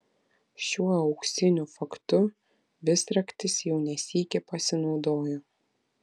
šiuo auksiniu faktu visraktis jau ne sykį pasinaudojo